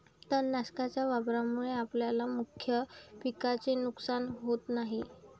तणनाशकाच्या वापरामुळे आपल्या मुख्य पिकाचे नुकसान होत नाही